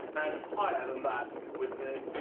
and higher than that with the